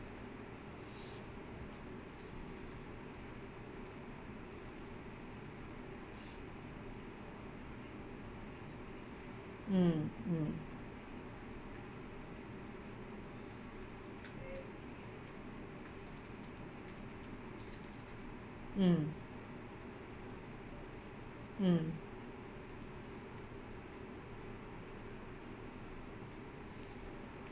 mm mm mm mm